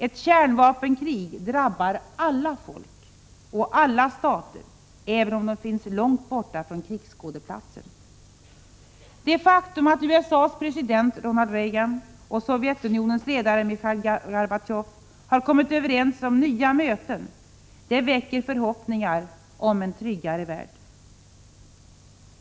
Ett kärnvapenkrig drabbar alla folk och alla stater, även de som finns långt borta från krigsskådeplatsen. Det faktum att USA:s president Ronald Reagan och Sovjetunionens ledare Michail Gorbatjov har kommit överens om nya möten väcker förhoppningar om en tryggare värld.